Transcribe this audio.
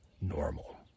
normal